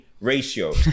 ratio